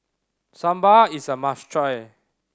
sambar is a must try